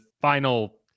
final